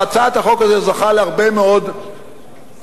הצעת החוק הזאת זוכה להרבה מאוד התייחסויות,